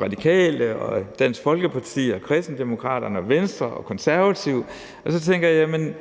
Radikale Venstre og Dansk Folkeparti og Kristendemokraterne og Venstre og Konservative, og så tænker jeg: